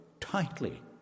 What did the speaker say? tightly